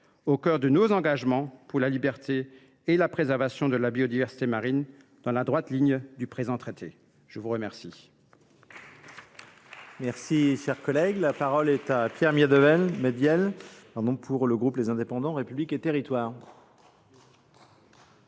au cœur de nos engagements pour la liberté et la préservation de la biodiversité marine, dans la droite ligne du présent traité. La parole